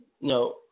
No